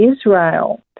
Israel